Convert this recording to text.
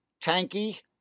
tanky